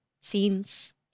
scenes